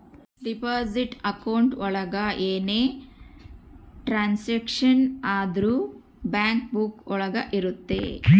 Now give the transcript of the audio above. deposit account ಒಳಗ ಏನೇ transaction ಆದ್ರೂ ಬ್ಯಾಂಕ್ ಬುಕ್ಕ ಒಳಗ ಇರುತ್ತೆ